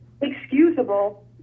excusable